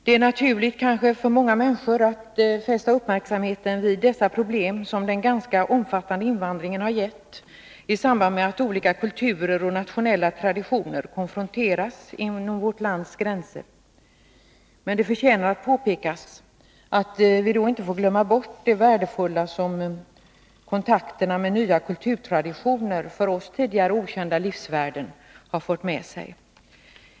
Det är kanske naturligt för många människor att fästa uppmärksamheten på de problem som den ganska omfattande invandringen skapat i samband med att olika kulturer och nationella traditioner konfronteras med varandra inom vårt lands gränser. Men det förtjänar att påpekas att vi då inte får glömma bort det värdefulla som kontakterna med nya kulturtraditioner och för oss tidigare okända livsvärden har fört med sig.